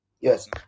yes